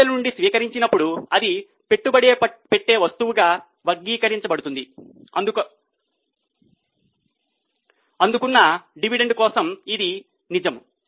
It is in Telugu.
పెట్టుబడుల నుండి స్వీకరించబడినప్పుడు అది పెట్టుబడి పెట్టే వస్తువుగా వర్గీకరించబడుతుంది అందుకున్న డివిడెండ్ కోసం ఇది నిజం